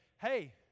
hey